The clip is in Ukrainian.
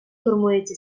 формується